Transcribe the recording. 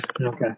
Okay